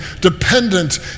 dependent